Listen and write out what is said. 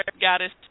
Goddess